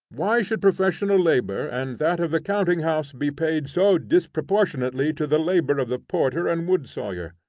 why should professional labor and that of the counting-house be paid so disproportionately to the labor of the porter and woodsawyer?